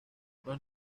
los